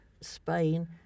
Spain